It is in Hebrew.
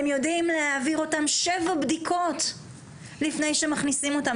הם יודעים להעביר אותן שבע בדיקות לפני שמכניסים אותן.